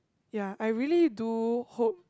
ya I really do hope